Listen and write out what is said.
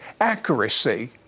accuracy